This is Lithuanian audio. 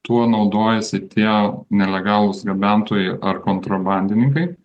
tuo naudojasi tie nelegalūs gabentojai ar kontrabandininkai